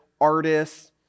artists